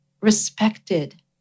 respected